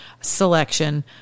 selection